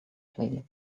playlist